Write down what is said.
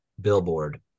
billboard